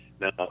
Now